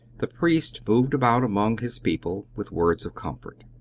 the priest moved about among his people with words of comfort.